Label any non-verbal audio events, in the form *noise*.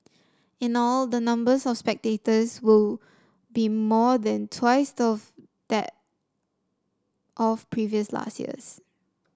in all the numbers of spectators will be more than twice *unintelligible* that of previous last years